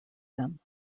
them